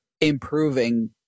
improving